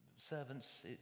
Servants